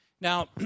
Now